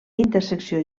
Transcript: intersecció